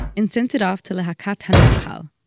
and sent it off to lehakat ha'nachal,